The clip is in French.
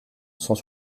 cent